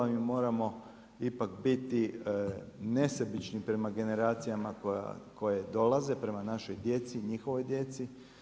Mi moramo ipak biti nesebični prema generacijama koje dolaze, prema našoj djeci, njihovoj djeci.